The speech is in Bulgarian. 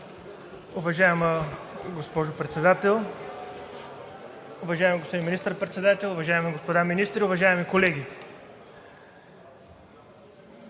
Уважаема госпожо Председател, уважаеми господин Министър-председател, уважаеми господа министри, колеги